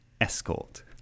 escort